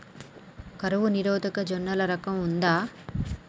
కరువు నిరోధక జొన్నల రకం ఉందా?